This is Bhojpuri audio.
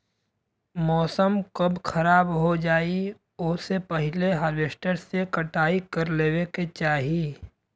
मौसम कब खराब हो जाई ओसे पहिले हॉरवेस्टर से कटाई कर लेवे के चाही